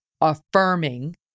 affirming